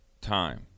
time